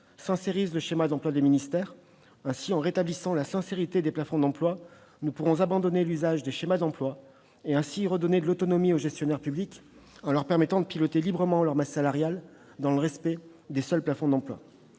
sincérise » le schéma d'emploi des ministères. En rétablissant la sincérité des plafonds d'emplois, nous pourrons abandonner l'usage des schémas d'emplois. Nous redonnerons ainsi de l'autonomie aux gestionnaires publics, qui seront, dès lors, en capacité de piloter librement leur masse salariale, dans le respect des seuls plafonds d'emplois.